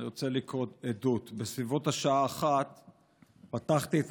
אני רוצה לקרוא עדות: בסביבות השעה 01:00 פתחתי את